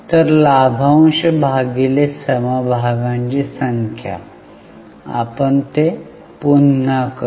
तर लाभांश भागिले समभागांची संख्या आपण ते पुन्हा करू